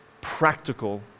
practical